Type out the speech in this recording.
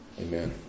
Amen